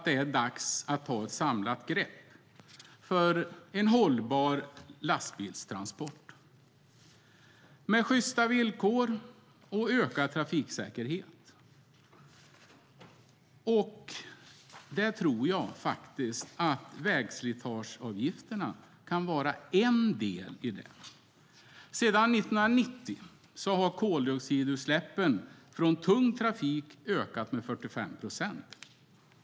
Det är dags att ta ett samlat grepp för hållbara lastbilstransporter med sjysta villkor och ökad trafiksäkerhet. Jag tror att vägslitageavgifterna kan vara en del. Sedan 1990 har koldioxidutsläppen från tung trafik ökat med 45 procent.